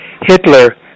Hitler